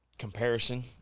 comparison